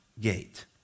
gate